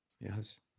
Yes